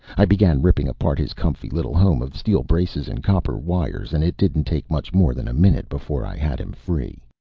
i began ripping apart his comfy little home of steel braces and copper wires, and it didn't take much more than a minute before i had him free.